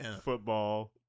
football